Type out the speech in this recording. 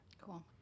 Cool